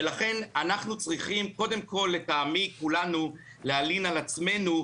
ולכן אנחנו צריכים קודם כל לטעמי כולנו להלין על עצמנו,